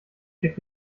steckt